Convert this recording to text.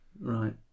Right